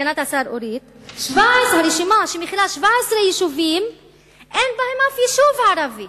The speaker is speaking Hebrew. אין אף יישוב ערבי?